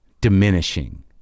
diminishing